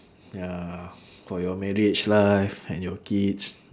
ya for your marriage life and your kids